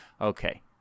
okay